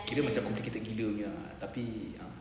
kira macam complicated gila nya ah tapi ah